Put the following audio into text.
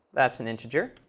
that's an integer,